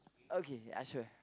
okay I swear